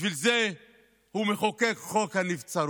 בשביל זה הוא מחוקק את חוק הנבצרות.